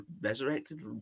resurrected